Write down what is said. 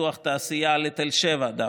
פיתוח תעשייה לתל שבע דווקא,